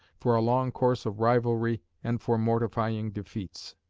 for a long course of rivalry and for mortifying defeats.